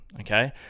okay